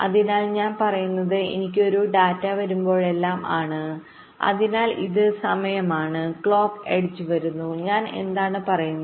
അതിനാൽ ഞാൻ പറയുന്നത് എനിക്ക് ഒരു ഡാറ്റ വരുമ്പോഴെല്ലാം ആണ് അതിനാൽ ഇത് സമയമാണ് ക്ലോക്ക് എഡ്ജ് വരുന്നു ഞാൻ എന്താണ് പറയുന്നത്